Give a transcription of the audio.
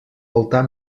altar